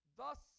thus